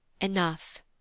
Enough